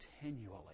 continually